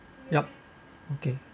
yup okay